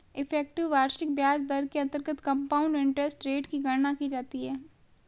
effective वार्षिक ब्याज दर के अंतर्गत कंपाउंड इंटरेस्ट रेट की गणना की जाती है